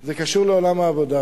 זה קשור לעולם העבודה,